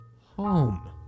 home